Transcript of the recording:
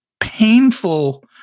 painful